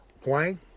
blank